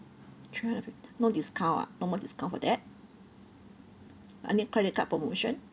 sure no discount ah no more discount for that any credit card promotion